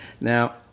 Now